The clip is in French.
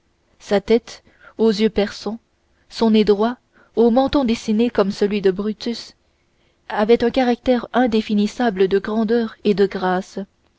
sa tête aux yeux perçants au nez droit au menton dessiné comme celui de brutus avait un caractère indéfinissable de grandeur et de grâce